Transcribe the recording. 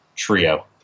trio